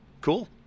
Cool